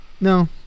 No